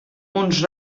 uns